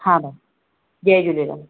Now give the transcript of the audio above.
हा जय झूलेलाल